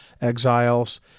exiles